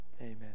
Amen